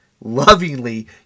lovingly